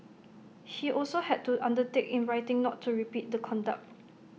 he also had to undertake in writing not to repeat the conduct